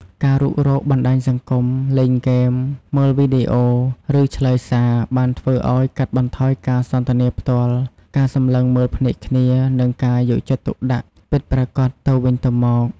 ការរុករកបណ្ដាញសង្គម លេងហ្គេម មើលវីដេអូ ឬឆ្លើយសារ បានធ្វើឲ្យ កាត់បន្ថយការសន្ទនាផ្ទាល់ ការសម្លឹងមើលភ្នែកគ្នា និងការយកចិត្តទុកដាក់ពិតប្រាកដទៅវិញទៅមក។